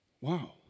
Wow